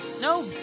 No